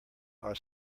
are